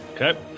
Okay